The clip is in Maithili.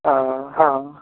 ओ हँ